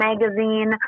magazine